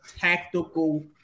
tactical